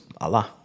Allah